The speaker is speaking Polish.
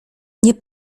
nie